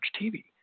TV